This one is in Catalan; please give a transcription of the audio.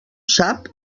sap